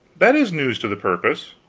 that is news to the purpose.